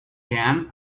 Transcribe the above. jam